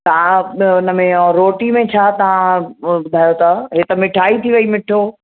तव्हां ॿ उनमें ऐं रोटी में छा तव्हां ॿुधायो था हे त मिठाई थी वई मिठो